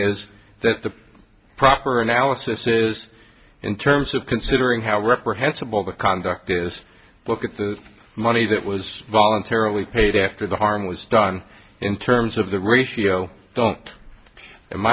is that the proper analysis is in terms of considering how reprehensible the conduct is look at the money that was voluntarily paid after the harm was done in terms of the ratio don't